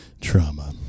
Trauma